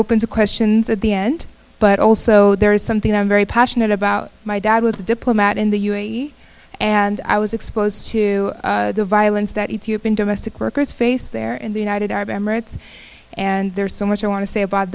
open to questions at the end but also there is something i'm very passionate about my dad was a diplomat in the u a e and i was exposed to the violence that ethiopian domestic workers face there in the united arab emirates and there's so much i want to say about